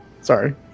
sorry